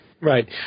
Right